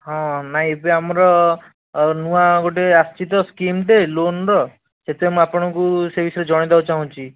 ହଁ ନାହିଁ ଏବେ ଆମର ନୂଆ ଗୋଟେ ଆସିଛି ତ ସ୍କିମଟେ ଲୋନର ସେଥିପାଇଁ ମୁଁ ଆପଣଙ୍କୁ ସେଇ ବିଷୟରେ ଜଣେଇଦେବାକୁ ଚାହୁଁଛି